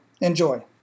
enjoy